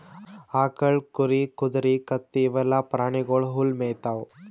ಆಕಳ್, ಕುರಿ, ಕುದರಿ, ಕತ್ತಿ ಇವೆಲ್ಲಾ ಪ್ರಾಣಿಗೊಳ್ ಹುಲ್ಲ್ ಮೇಯ್ತಾವ್